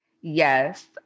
Yes